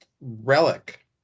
relic